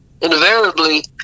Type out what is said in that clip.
invariably